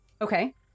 Okay